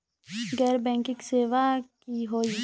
गैर बैंकिंग सेवा की होई?